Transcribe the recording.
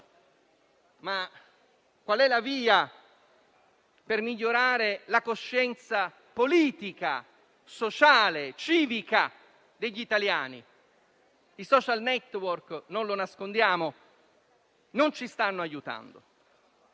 Qual è la via per migliorare la coscienza politica, sociale e civica degli italiani? I *social network* - non lo nascondiamo - non ci stanno aiutando.